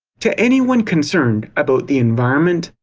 to anyone concerned about the environment,